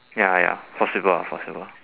ya ya possible possible